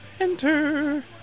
enter